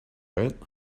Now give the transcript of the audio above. right